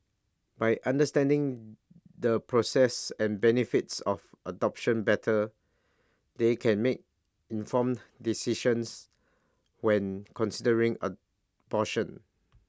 by understanding the process and benefits of adoption better they can make informed decisions when considering abortion